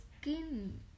skin